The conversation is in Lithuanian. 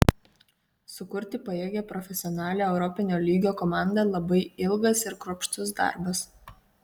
sukurti pajėgią profesionalią europinio lygio komandą labai ilgas ir kruopštus darbas